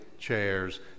Chairs